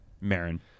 Marin